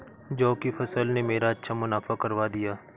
जौ की फसल ने मेरा अच्छा मुनाफा करवा दिया